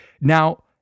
Now